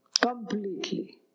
Completely